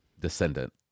descendant